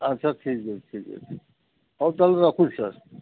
ଆଛା ଠିକ୍ ଅଛି ଠିକ୍ ଅଛି ହଉ ତାହେଲେ ରଖୁଛି ସାର୍